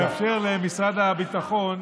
לאפשר למשרד הביטחון